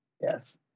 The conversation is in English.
yes